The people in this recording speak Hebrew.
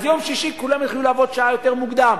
אז יום שישי, כולם יתחילו לעבוד שעה יותר מוקדם.